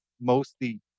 mostly